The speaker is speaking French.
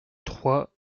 trois